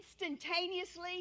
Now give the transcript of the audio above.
instantaneously